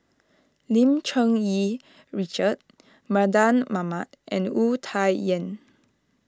Lim Cherng Yih Richard Mardan Mamat and Wu Tsai Yen